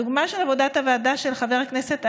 הדוגמה של עבודת הוועדה של חבר הכנסת אשר,